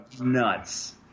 Nuts